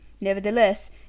Nevertheless